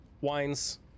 wines